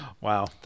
Wow